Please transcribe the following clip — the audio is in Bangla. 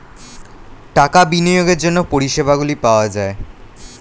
টাকা বিনিয়োগের জন্য পরিষেবাগুলো পাওয়া যায়